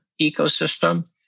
ecosystem